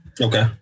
Okay